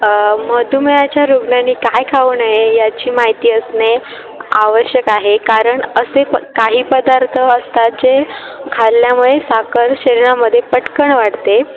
मधुमेहाच्या रुग्णांनी काय खाऊ नये याची माहिती असणे आवश्यक आहे कारण असे प काही पदार्थ असतात जे खाल्ल्यामुळे साखर शरीरामध्ये पटकन वाढते